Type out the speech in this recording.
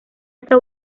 está